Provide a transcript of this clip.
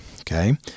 Okay